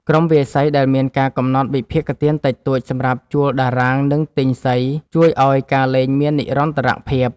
ក្រុមវាយសីដែលមានការកំណត់វិភាគទានតិចតួចសម្រាប់ជួលតារាង និងទិញសី ជួយឱ្យការលេងមាននិរន្តរភាព។